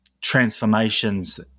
transformations